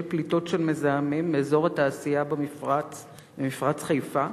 פליטות של מזהמים מאזור התעשייה במפרץ חיפה,